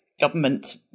government